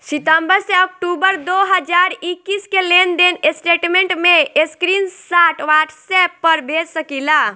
सितंबर से अक्टूबर दो हज़ार इक्कीस के लेनदेन स्टेटमेंट के स्क्रीनशाट व्हाट्सएप पर भेज सकीला?